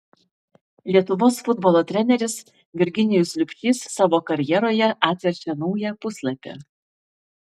lietuvos futbolo treneris virginijus liubšys savo karjeroje atverčia naują puslapį